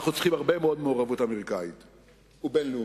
אנחנו צריכים הרבה מעורבות אמריקנית ובין-לאומית,